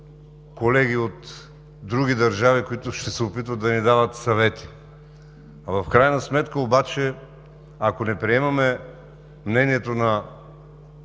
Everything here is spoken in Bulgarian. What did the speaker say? колеги от други държави, които ще се опитват да ни дават съвети. В крайна сметка обаче, ако не приемаме мнението на